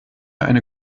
eine